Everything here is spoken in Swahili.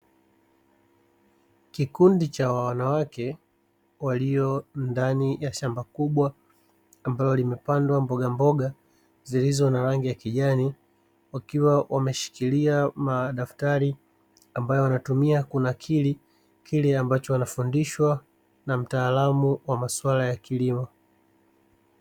Kikundi cha wanawake walio ndani ya shamba kubwa ambalo limepandwa mbogamboga, zilizo na rangi ya kijani; wakiwa wameshikilia madaftari ambayo wanatumia kunanakili, kile ambacho wanafundishwa na mtaalamu wa maswala ya kilimo.